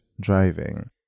driving